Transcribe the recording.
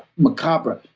macabre.